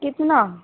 کتنا